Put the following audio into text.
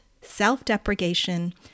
self-deprecation